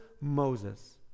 Moses